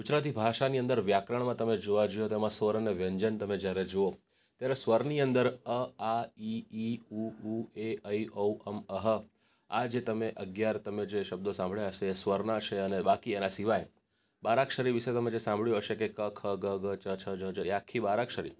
ગુજરાતી ભાષાની અંદર વ્યાકરણમાં તમે જોવા જઇએ તો એમાં સ્વર અને વ્યંજન તમે જ્યારે જુઓ ત્યારે સ્વરની અંદર અ આ ઇ ઈ ઉ ઊ એ ઐ ઓ ઔ અં અઃ આ જે તમે અગિયાર તમે જે શબ્દો સાંભળ્યા હશે તે સ્વરના છે અને બાકી એના સિવાય બારાક્ષરી વિશે તમે જે સાંભળ્યું હશે કે ક ખ ગ ઘ ચ છ જ ઝ એ આખી બારાક્ષરી